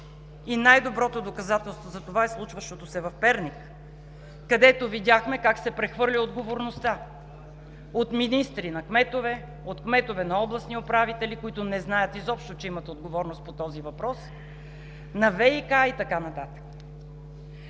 Най-доброто доказателство за това е случващото се в Перник, където видяхме как се прехвърля отговорността от министри на кметове, от кметове на областни управители, които не знаят изобщо, че имат отговорност по този въпрос, на ВиК и така нататък,